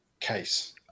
case